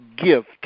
gift